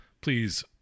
Please